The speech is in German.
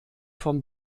vom